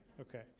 Okay